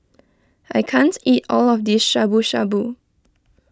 I can't eat all of this Shabu Shabu